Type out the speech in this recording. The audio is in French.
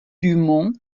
dumont